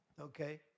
Okay